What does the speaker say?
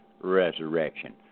resurrection